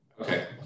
Okay